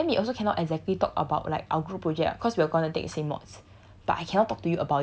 in another group then we also cannot exactly talk about like our group project [what] cause we're gonna take the same mods